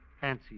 fancy